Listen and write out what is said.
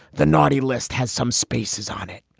the naughty list has some space's on it.